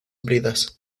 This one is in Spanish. bridas